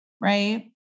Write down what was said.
right